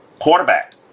Quarterback